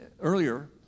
earlier